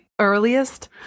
earliest